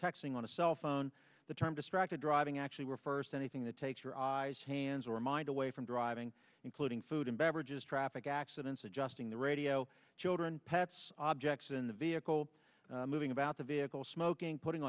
texting on a cell phone the term distracted driving actually refers to anything that takes your eyes hands or mind away from driving including food and beverages traffic accidents adjusting the radio children pets objects in the vehicle moving about the vehicle smoking putting